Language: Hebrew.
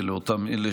ולאותם אלה